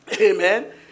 amen